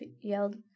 yelled